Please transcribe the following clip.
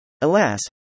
Alas